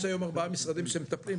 יש היום ארבעה משרדים שמטפלים.